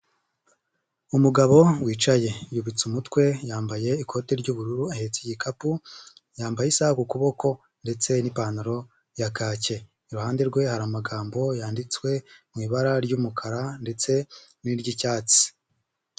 Umugabo wicaye, yubitse umutwe, yambaye ikote ry'ubururu, ahetse igikapu, yambaye isaha ku kuboko ndetse n'ipantaro ya kake. Iruhande rwe hari amagambo yanditswe mu ibara ry'umukara ndetse n'iry'icyatsi.